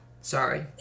Sorry